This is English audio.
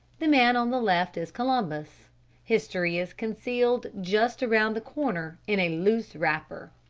the man on the left is columbus history is concealed just around the corner in a loose wrapper.